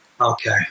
Okay